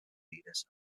leaders